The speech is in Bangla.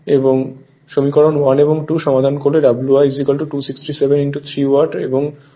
এখন সমীকরণ 1 এবং 2 সমাধান করলে W i 2673 ওয়াট এবং W c 9509 ওয়াট হয়